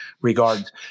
regards